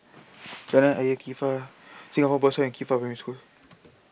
Jalan Ayer Qifa Singapore Boys and Qifa Primary School